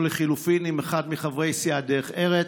או לחלופין עם אחד מחברי סיעת דרך ארץ,